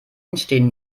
entstehen